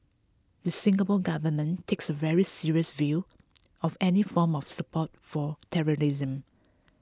the Singapore Government takes a very serious view of any form of support for terrorism